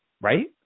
right